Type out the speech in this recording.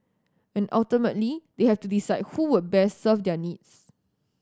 and ultimately they have to decide who would best serve their needs